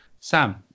Sam